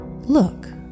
Look